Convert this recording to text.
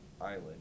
island